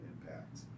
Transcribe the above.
impact